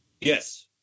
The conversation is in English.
Yes